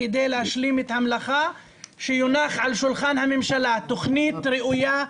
כדי להשלים את המלאכה כדי שתונח על שולחן הממשלה תוכנית ראויה,